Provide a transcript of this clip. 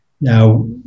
Now